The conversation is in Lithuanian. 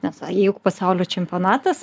nes juk pasaulio čempionatas